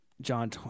John